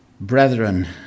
Brethren